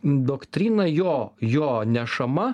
doktrina jo jo nešama